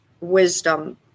wisdom